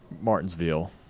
Martinsville